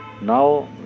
Now